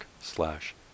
slash